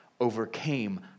overcame